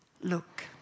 look